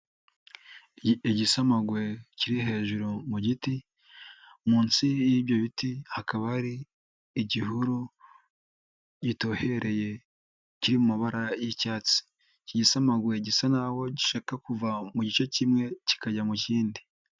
Igisamagwe kiri hejuru mu giti, munsi y'ibyo biti hakaba hari igihuru gitohereye kiri mu mabara y'icyatsi. Iki gisamagwe gisa nkaho gishaka kuva mu gice kimwe kikajya mu kindi.